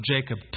Jacob